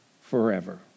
forever